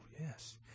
yes